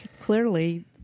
clearly